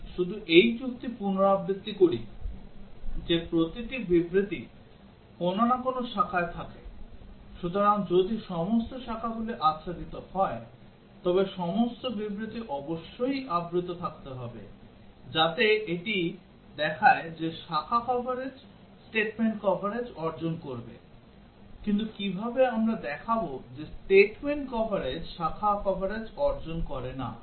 আমি শুধু এই যুক্তি পুনরাবৃত্তি করি যে প্রতিটি বিবৃতি কোন না কোন শাখায় থাকে সুতরাং যদি সমস্ত শাখাগুলি আচ্ছাদিত হয় তবে সমস্ত বিবৃতি অবশ্যই আবৃত থাকতে হবে যাতে এটি দেখায় যে শাখা কভারেজ statement কভারেজ অর্জন করবে কিন্তু কিভাবে আমরা দেখাব যে statement কভারেজ শাখা কভারেজ অর্জন করে না